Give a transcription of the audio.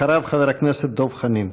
אחריו, חבר הכנסת דב חנין.